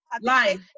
Life